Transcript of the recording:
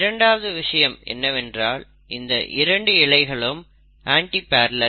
இரண்டாவது விஷயம் என்னவென்றால் இந்த 2 இழைகளும் அண்டிபரலெல்